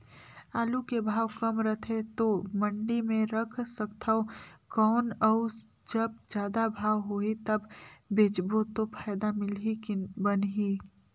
आलू के भाव कम रथे तो मंडी मे रख सकथव कौन अउ जब जादा भाव होही तब बेचबो तो फायदा मिलही की बनही?